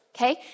Okay